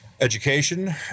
education